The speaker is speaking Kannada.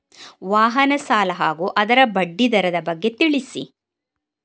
ವಾಹನ ಸಾಲ ಹಾಗೂ ಅದರ ಬಡ್ಡಿ ದರದ ಬಗ್ಗೆ ತಿಳಿಸಿ?